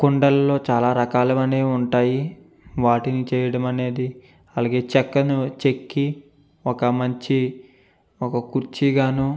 కుండల్లో చాలా రకాలువనే ఉంటాయి వాటిని చేయడమనేది అలాగే చక్కను చెక్కి ఒక మంచి ఒక కుర్చీగాను